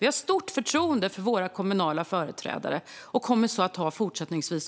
Vi har stort förtroende för våra kommunala företrädare och kommer så att ha också fortsättningsvis.